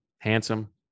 handsome